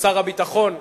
שר הביטחון,